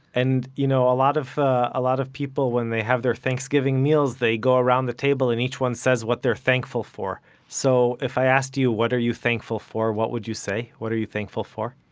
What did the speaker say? and you know, a lot of ah lot of people, when they have their thanksgiving meals, they go around the table and each one says what they're thankful for. so if i asked you what are you thankful for what would you say? what are you thankful for?